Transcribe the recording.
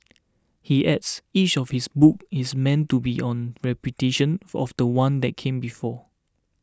he adds each of his books is meant to be on repudiation for of the one that came before